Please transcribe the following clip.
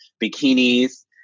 bikinis